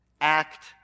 act